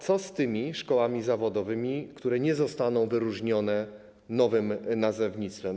Co z tymi szkołami zawodowymi, które nie zostaną wyróżnione nowym nazewnictwem?